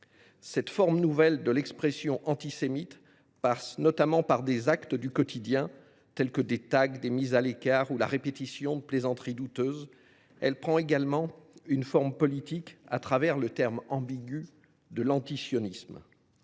Cette forme nouvelle de l’expression antisémite passe notamment par des actes du quotidien comme les tags, les mises à l’écart ou la répétition de plaisanteries douteuses. Elle prend également une forme politique, le thème ambigu de l’antisionisme.